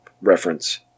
reference